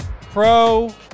pro